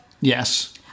Yes